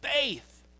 faith